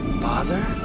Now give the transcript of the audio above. Father